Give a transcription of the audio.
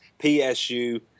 PSU